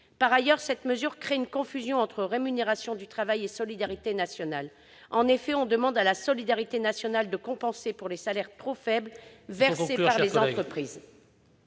Par ailleurs, cette mesure crée une confusion entre rémunération du travail et solidarité nationale. On demande à cette dernière de compenser les salaires trop faibles versés par les entreprises.